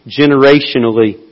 generationally